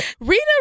Rita